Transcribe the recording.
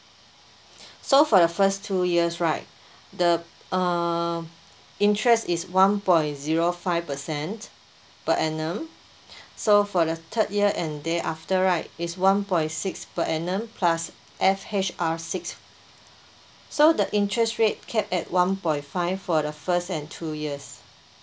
so for the first two years right the uh interest is one point zero five percent per annum so for the third year and day after right it's one point six per annum plus F H R six so the interest rate capped at one point five for the first and two years